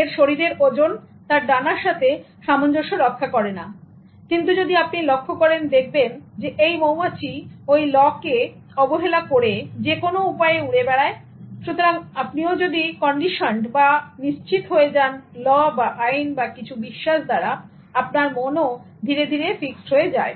এর শরীরের ওজন তার ডানার সাথে সামঞ্জস্য রক্ষা করে না কিন্তু যদি আপনি লক্ষ্য করেন দেখবেন এই মৌমাছি এই ল কে অবহেলা করে এবং যেকোনো উপায়ে উড়ে বেড়ায় সুতরাং আপনিও যদি কন্ডিশন্ড অর্থাৎ নিশ্চিত হয়ে যান ল্ বা আইন বা কিছু বিশ্বাস দ্বারা আপনার মন ধীরে ধীরে ফিক্সড হয়ে যাবে